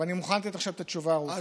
ואני מוכן לתת עכשיו את התשובה הארוכה.